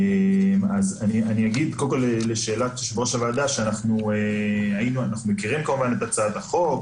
אני אגיד לשאלת יושב-ראש הוועדה שאנחנו מכירים את הצעת החוק,